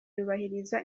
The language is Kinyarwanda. yubahiriza